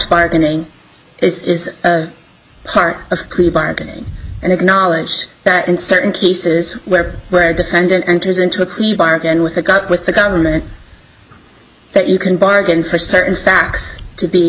bargaining is part of bargaining and acknowledged that in certain cases where where a defendant enters into a plea bargain with a got with the government that you can bargain for certain facts to be